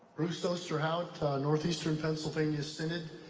bruce so oosterhaut northeast and pennsylvania synod.